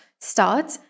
start